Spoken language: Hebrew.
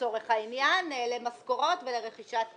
לצורך העניין, למשכורות ולרכישת ציוד,